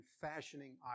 fashioning